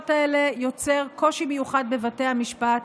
האלה יוצר קושי מיוחד בבתי המשפט,